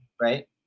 right